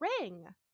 ring